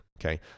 Okay